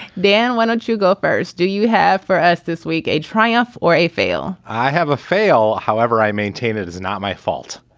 dan, why don't you go first? do you have for us this week a triumph or a fail? i have a fail. however, i maintain it is not my fault.